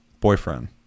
boyfriend